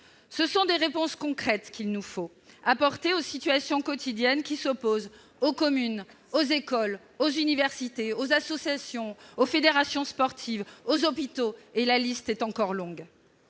Ce sont des réponses concrètes qu'il nous faut apporter aux situations quotidiennes qui se présentent aux communes, aux écoles, aux universités, aux associations, aux fédérations sportives ou encore aux hôpitaux ; la liste est encore longue